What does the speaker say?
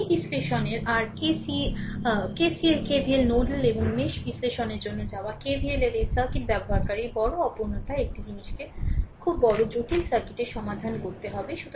তবে এই বিশ্লেষণের আর কেসি আর কেসিএল কেভিএল নোডাল এবং মেশ বিশ্লেষণের জন্য যাওয়া কেভিএল এর এই সার্কিট ব্যবহারকারীর বড় অপূর্ণতায় একটি জিনিসকে খুব বড় জটিল সার্কিটের সমাধান করতে হবে